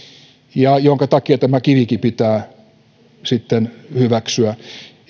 ja jonka takia tämä kivikin pitää sitten hyväksyä